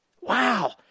Wow